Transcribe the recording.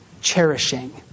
cherishing